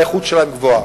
והאיכות שלהם גבוהה.